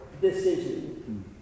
decision